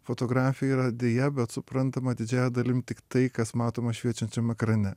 fotografija yra deja bet suprantama didžiąja dalim tik tai kas matoma šviečiančiam ekrane